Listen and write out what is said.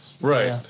Right